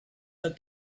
that